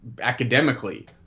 academically